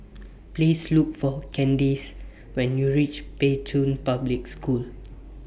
Please Look For Candyce when YOU REACH Pei Chun Public School